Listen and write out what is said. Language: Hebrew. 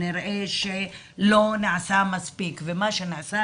נראה שלא נעשה מספיק ומה שנעשה,